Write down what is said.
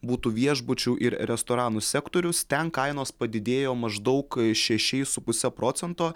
būtų viešbučių ir restoranų sektorius ten kainos padidėjo maždaug šešiais su puse procento